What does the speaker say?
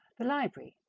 the library,